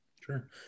Sure